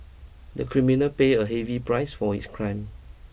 the criminal pay a heavy price for his crime